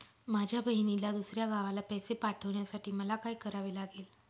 माझ्या बहिणीला दुसऱ्या गावाला पैसे पाठवण्यासाठी मला काय करावे लागेल?